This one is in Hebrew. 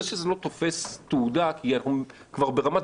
זה שזה לא תופס תהודה כי אנחנו כבר ברמת